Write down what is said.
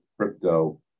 crypto